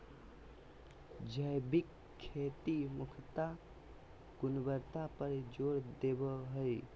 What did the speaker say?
जैविक खेती मुख्यत गुणवत्ता पर जोर देवो हय